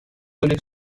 dönmek